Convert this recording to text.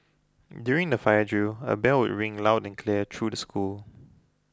during the fire drill a bell would ring loud and clear through the school